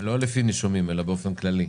לא לפי נישומים אלא באופן כללי,